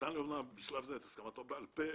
נתן לי אמנם בשלב זה את הסכמתו בעל פה,